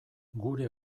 gure